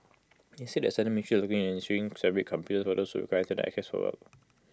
IT is said that certain ministries are looking into issuing separate computers those who require Internet access for work